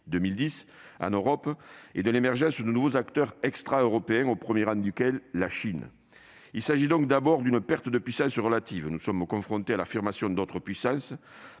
2010 en Europe et de l'émergence de nouveaux acteurs extra-européens, au premier rang desquels la Chine. Il s'agit donc d'abord d'une perte de puissance relative. Nous sommes confrontés à l'affirmation d'autres puissances